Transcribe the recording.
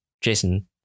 Jason